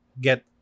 get